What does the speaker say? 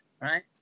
right